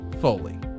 Foley